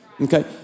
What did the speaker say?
Okay